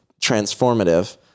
transformative